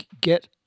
get